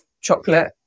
chocolate